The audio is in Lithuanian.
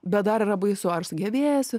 bet dar yra baisu ar sugebėsiu